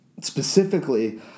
specifically